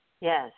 Yes